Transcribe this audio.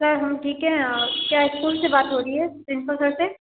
sir हम ठीक हैं क्या स्कूल से बात हो रही है प्रिंसिपल सर से